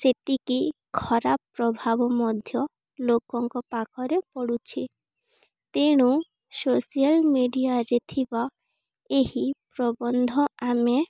ସେତିକି ଖରାପ ପ୍ରଭାବ ମଧ୍ୟ ଲୋକଙ୍କ ପାଖରେ ପଡ଼ୁଛି ତେଣୁ ସୋସିଆଲ୍ ମିଡ଼ିଆରେ ଥିବା ଏହି ପ୍ରବନ୍ଧ ଆମେ